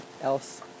else